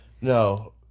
no